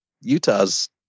Utah's